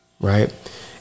right